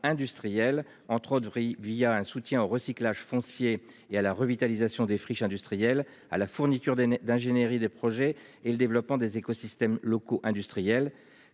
entre autres via un soutien au recyclage foncier et à la revitalisation des friches industrielles à la fourniture d'd'ingénierie, des projets et le développement des écosystèmes locaux industriels